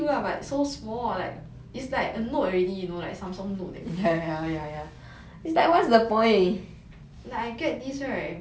!wah! like ya ya lah I say it's cute lah but so small like is like a note already you know like Samsung note that kind